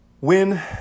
win